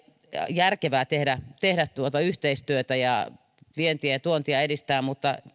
järkevää tehdä tehdä yhteistyötä ja edistää vientiä ja tuontia mutta